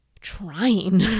trying